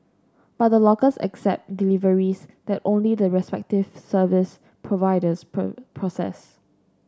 but the lockers accept deliveries that only the respective service providers process